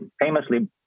famously